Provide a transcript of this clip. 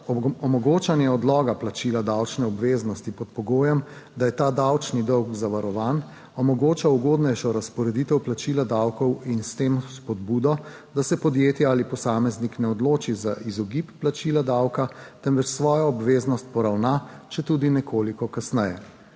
Omogočanje odloga plačila davčne obveznosti pod pogojem, da je ta davčni dolg zavarovan, omogoča ugodnejšo razporeditev plačila davkov in s tem spodbudo, da se podjetje ali posameznik ne odloči za izogib plačilu davka, temveč svojo obveznost poravna, četudi nekoliko kasneje.